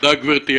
תודה רבה, גברתי.